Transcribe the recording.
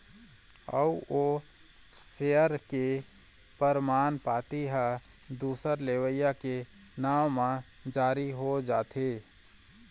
अउ ओ सेयर के परमान पाती ह दूसर लेवइया के नांव म जारी हो जाथे